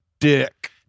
Dick